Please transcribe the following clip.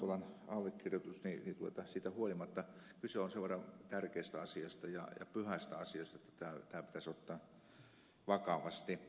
kantolan allekirjoitus niin siitä huolimatta kyse on sen verran tärkeästä ja pyhästä asiasta että tämä pitäisi ottaa vakavasti